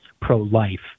pro-life